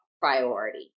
priority